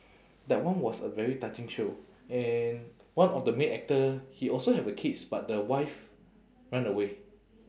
that one was a very touching show and one of the main actor he also have a kids but the wife run away